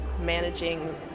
managing